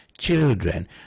children